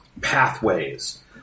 pathways